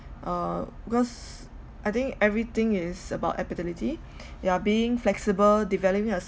uh because I think everything is about adaptability ya being flexible developing a